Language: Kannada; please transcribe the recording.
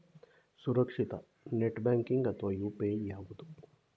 ಸುರಕ್ಷಿತ ನೆಟ್ ಬ್ಯಾಂಕಿಂಗ್ ಅಥವಾ ಯು.ಪಿ.ಐ ಯಾವುದು?